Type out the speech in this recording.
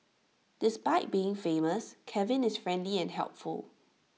despite being famous Kevin is friendly and helpful